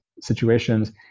situations